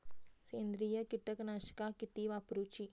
सेंद्रिय कीटकनाशका किती वापरूची?